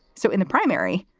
so in the primary,